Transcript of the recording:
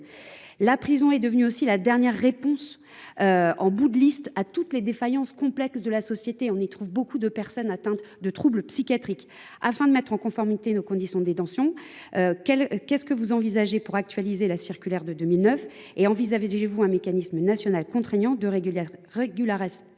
La prison est devenue la dernière réponse, en bout de liste, à toutes les défaillances complexes de la société. On y trouve ainsi beaucoup de personnes atteintes de troubles psychiatriques. Afin de mettre en conformité nos conditions de détention, le Gouvernement compte t il actualiser la circulaire de 2009 ? Envisagez vous un mécanisme national contraignant de régulation